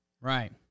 Right